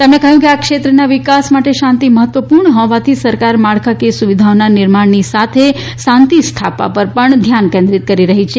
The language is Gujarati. તેમણે કહ્યું કે આ ક્ષેત્રના વિકાસ માટે શાંતિ મહત્વપૂર્ણ હોવાથી સરકાર માળકાકીય સુવિધાઓના નિર્માણની સાથે શાંતિ સ્થાપવા પર પણ ધ્યાન કેન્દ્રિત કરી રહી છે